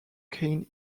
gain